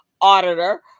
auditor